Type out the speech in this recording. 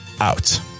out